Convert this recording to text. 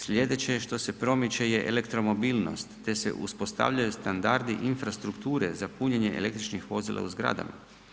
Slijedeće je što se promiče je elektromobilnost te se uspostavljaju standardi infrastrukture za punjenje električnih vozila u zgradama.